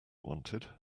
wanted